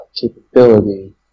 capability